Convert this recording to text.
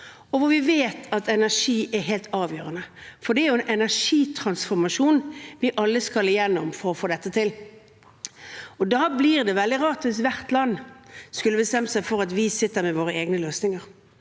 der vi vet at energi er helt avgjørende, for det er en energitransformasjon vi alle skal gjennom for å få dette til. Da blir det veldig rart hvis hvert land skulle bestemt seg for å sitte med sine egne løsninger,